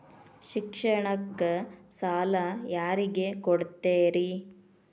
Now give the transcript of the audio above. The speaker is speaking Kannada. ಶಿಕ್ಷಣಕ್ಕ ಸಾಲ ಯಾರಿಗೆ ಕೊಡ್ತೇರಿ?